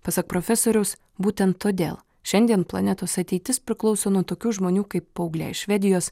pasak profesoriaus būtent todėl šiandien planetos ateitis priklauso nuo tokių žmonių kaip paauglė švedijos